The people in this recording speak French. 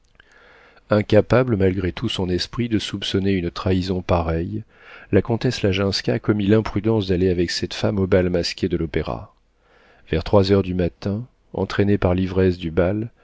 incapable malgré tout son esprit de soupçonner une trahison pareille la comtesse laginska commit l'imprudence d'aller avec cette femme au bal masqué de l'opéra vers trois heures du matin entraînée par l'ivresse du bal